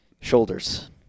Shoulders